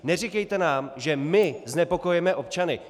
Neříkejte nám, že my znepokojujeme občany.